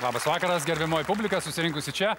labas vakaras gerbiamoji publika susirinkusi čia